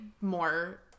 more